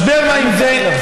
משבר מים זה,